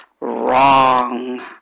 wrong